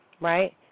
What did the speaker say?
right